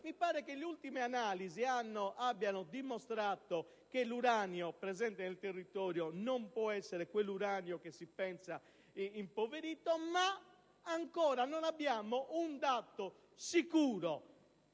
Mi pare che le ultime analisi abbiano dimostrato che l'uranio presente nel territorio non può essere quello che si ritiene impoverito, ma non abbiamo ancora un dato sicuro,